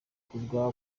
kurya